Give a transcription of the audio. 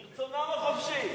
מרצונם החופשי.